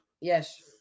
Yes